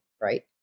right